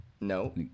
No